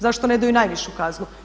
Zašto ne daju najvišu kaznu?